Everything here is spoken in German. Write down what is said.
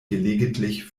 gelegentlich